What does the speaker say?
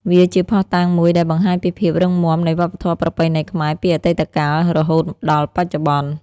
វាជាភស្ដុតាងមួយដែលបង្ហាញពីភាពរឹងមាំនៃវប្បធម៌ប្រពៃណីខ្មែរពីអតីតកាលរហូតដល់បច្ចុប្បន្ន។